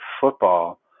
football